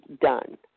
done